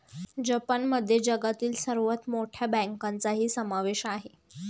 जपानमध्ये जगातील सर्वात मोठ्या बँकांचाही समावेश आहे